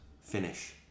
finish